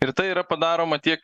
ir tai yra padaroma tiek